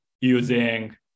using